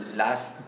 last